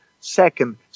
Second